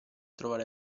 trovare